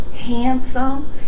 Handsome